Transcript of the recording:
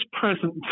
present